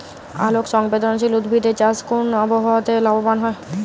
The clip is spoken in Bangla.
আলোক সংবেদশীল উদ্ভিদ এর চাষ কোন আবহাওয়াতে লাভবান হয়?